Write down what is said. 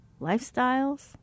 Lifestyles